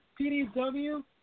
PDW